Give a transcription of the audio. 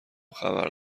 خبر